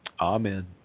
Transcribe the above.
Amen